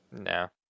No